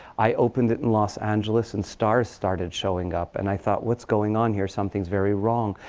i opened it in los angeles. and stars started showing up. and i thought, what's going on here? something's very wrong.